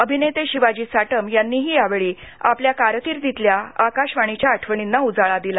अभिनेते शिवाजी साटम यांनीही यावेळी आपल्या कारकिर्दीतल्या आकाशवाणीच्या आठवणींना उजाळा दिला